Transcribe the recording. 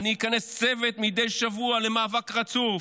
אני אכנס צוות מדי שבוע למאבק רצוף,